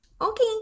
Okay